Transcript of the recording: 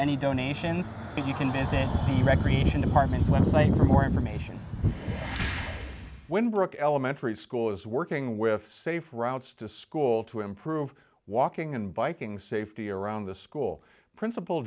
any donations you can visit the recreation department website for more information when brook elementary school is working with safe routes to school to improve walking and biking safety around the school principal